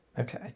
Okay